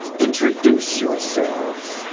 introduce yourselves.